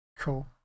Cool